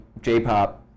J-pop